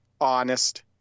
honest